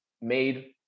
made